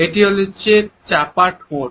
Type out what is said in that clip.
এটি হচ্ছে চাপা ঠোঁট